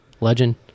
Legend